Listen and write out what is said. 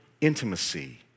intimacy